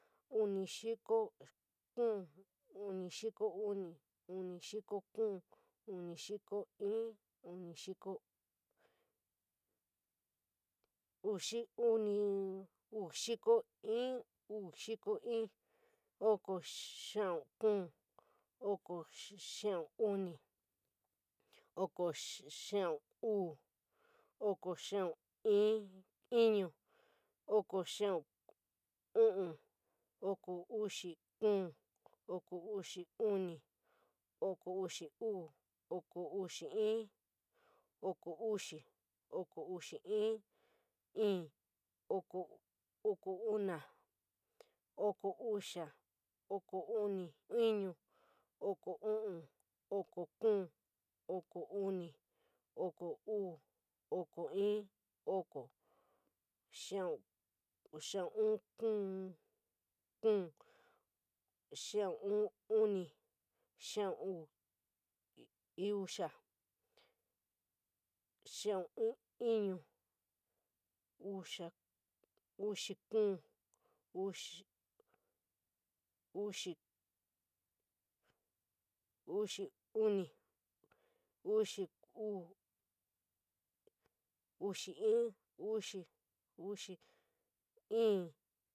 Uni xiko kou, uni xiko unu, uni xiko kuu, uni xiko i, uni xiko uxi unii, uu xiko i, uu xiko i, oko xiau kuu, oko xiau uni, oko xiau uu, oko xiau i, inu, oko xiau uu, oko xiau kuu, oko xiau uu, oko xiau i, oko uxi fii, oko uxi unii, oko uxu uu, oko uxi, oko uxi, oko uxi fii, oko unu, oko uxu, oko unu, oko unu, oko unu, oko uu, oko uu, oko uu, oko xiau kuu, xiau unu, xiau uu, uxu uu, xiau uu, uxu kuu, uxi, uxi, tía.